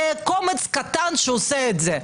זה קומץ קטן שעושה את זה.